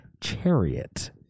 chariot